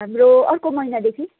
हाम्रो अर्को महिनादेखि